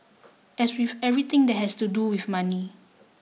as with everything that has to do with money